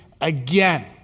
again